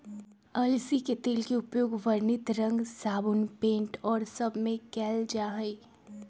अलसी के तेल के उपयोग वर्णित रंग साबुन पेंट और सब में कइल जाहई